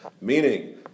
Meaning